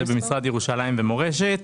במשרד ירושלים ומורשת,